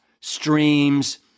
streams